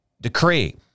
decree